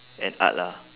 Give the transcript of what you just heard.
and art lah